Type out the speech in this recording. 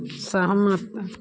सहमत